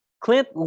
Clint